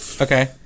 Okay